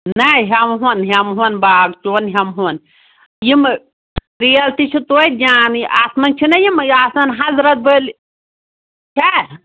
نہ ہٮ۪مہٕ ہون ہٮ۪مہٕ ہون باغ ژون ہٮ۪مہٕ ہون یِمہٕ ترٛیل تہِ چھِ تویتہِ جانٕے اَتھ منٛز چھِنا یِم یہِ آسان حضرت بٔلۍ چھا